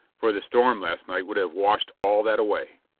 for the storm last night would have washed all that away.